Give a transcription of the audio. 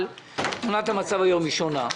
אבל תמונת המצב היום היא שונה.